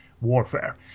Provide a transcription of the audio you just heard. warfare